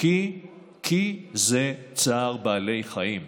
וזה צער בעלי חיים.